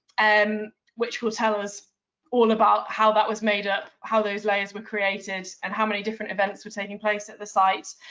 and which will tell us all about how that was made up, how those layers were created, and how many different events were taking place at the site.